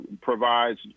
provides